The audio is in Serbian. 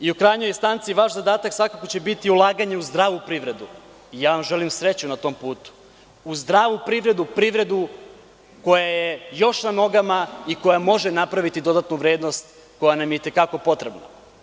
U krajnjoj instanci, vaš zadatak će biti ulaganje u zdravu privredu, želim vam sreću na tom putu, u zdravu privredu, privredu koja je još na nogama i koja može napraviti dodatnu vrednost koja nam je i te kako potrebna.